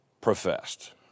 professed